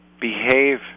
behave